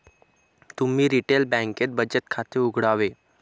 तुम्ही रिटेल बँकेत बचत खाते उघडावे